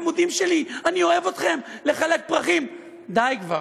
חמודים שלי, אני אוהב אתכם, לחלק פרחים, די כבר.